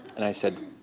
and i said,